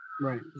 Right